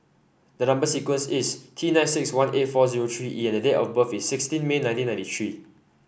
the number sequence is T nine six one eight four zero three E and date of birth is sixteen May nineteen ninety three